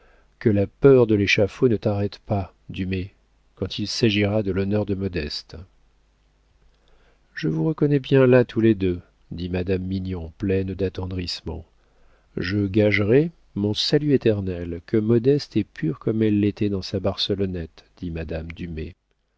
que la peur de l'échafaud ne t'arrête pas dumay quand il s'agira de l'honneur de modeste je vous reconnais bien là tous les deux dit madame mignon pleine d'attendrissement je gagerais mon salut éternel que modeste est pure comme elle l'était dans sa barcelonette dit madame dumay